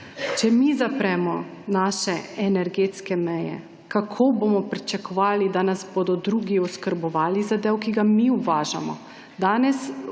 Če mi zapremo naše energetske meje, kako bomo pričakovali, da nas bodo drugi oskrbovali za del, ki ga mi uvažamo?